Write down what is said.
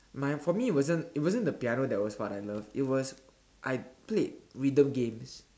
mine for me it wasn't it wasn't the piano that was what I loved it was I played rhythm games